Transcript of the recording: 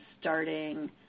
starting